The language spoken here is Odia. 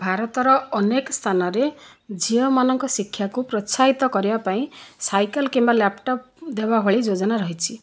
ଭାରତର ଅନେକ ସ୍ଥାନରେ ଝିଅମାନଙ୍କ ଶିକ୍ଷାକୁ ପ୍ରୋତ୍ସାହିତ କରିବା ପାଇଁ ସାଇକେଲ କିମ୍ବା ଲ୍ୟାପଟପ୍ ଦେବା ଭଳି ଯୋଜନା ରହିଛି